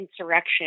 insurrection